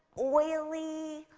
oily,